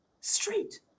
Street